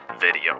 video